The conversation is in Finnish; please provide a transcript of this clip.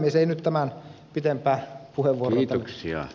ei nyt tämän pitempää puheenvuoroa